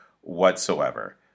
whatsoever